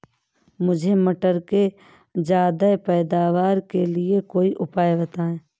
मुझे मटर के ज्यादा पैदावार के लिए कोई उपाय बताए?